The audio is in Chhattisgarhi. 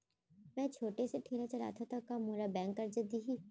मैं छोटे से ठेला चलाथव त का मोला बैंक करजा दिही?